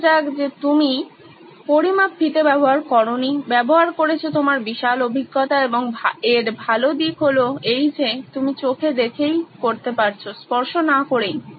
ধরা যাক যে তুমি পরিমাপ ফিতে ব্যবহার করোনি ব্যবহার করেছ তোমার বিশাল অভিজ্ঞতা এবং ভালো দিক হলো এই যে তুমি চোখে দেখেই করতে পারছ স্পর্শ না করেই